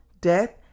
death